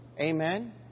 Amen